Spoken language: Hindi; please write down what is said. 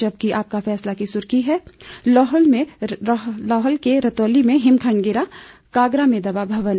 जबकि आपका फैसला की सुर्खी है लाहुल के रतोली में हिमखंड गिरा कारगा में दबा भवन